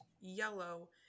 yellow